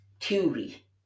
theory